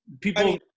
people –